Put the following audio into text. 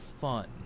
fun